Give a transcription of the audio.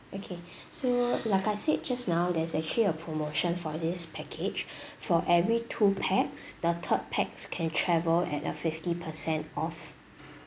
okay so like I said just now there's actually a promotion for this package for every two pax the third pax can travel at a fifty percent off